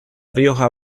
rioja